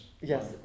Yes